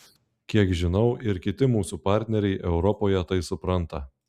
kiek žinau ir kiti mūsų partneriai europoje tai supranta